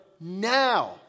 now